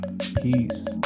Peace